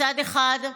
מצד אחד,